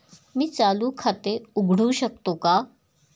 मी चालू खाते उघडू शकतो का?